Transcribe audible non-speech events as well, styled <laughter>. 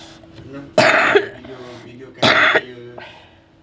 <coughs>